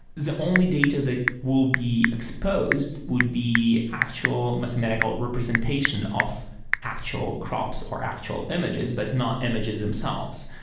the only data that will be exposed would be actual mathematical representation of actual crops or actual images, but not images themselves.